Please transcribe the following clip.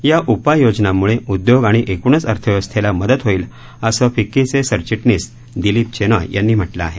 या उपाययोजनांमुळे उद्योग आणि एकूणच अर्थव्यवस्थेला मदत होईल असं फिक्कीचे सरचिटणीस दिलीप चेनॉय यांनी म्हटलं आहे